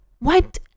wiped